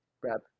Grab